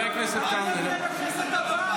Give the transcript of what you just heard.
תודה רבה.